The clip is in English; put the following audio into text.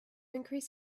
increase